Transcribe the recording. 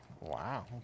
Wow